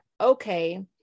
okay